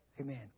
amen